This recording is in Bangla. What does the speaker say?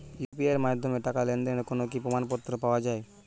ইউ.পি.আই এর মাধ্যমে টাকা লেনদেনের কোন কি প্রমাণপত্র পাওয়া য়ায়?